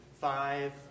five